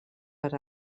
per